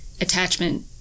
attachment